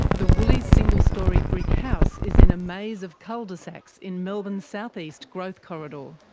the woolleys' single-storey brick house is in a maze of cul-de-sacs in melbourne's south-east growth corridor.